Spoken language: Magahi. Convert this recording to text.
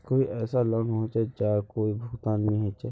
कोई ऐसा लोन होचे जहार कोई भुगतान नी छे?